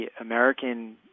American